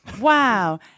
Wow